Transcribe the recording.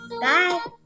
Bye